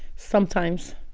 sometimes.